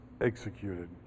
executed